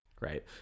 right